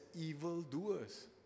evildoers